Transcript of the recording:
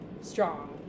strong